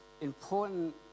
important